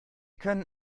können